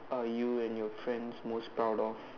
are you and your friends most proud of